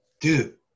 dude